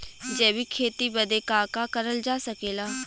जैविक खेती बदे का का करल जा सकेला?